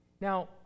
Now